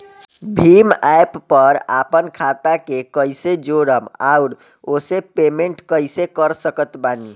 Bhim app पर आपन खाता के कईसे जोड़म आउर ओसे पेमेंट कईसे कर सकत बानी?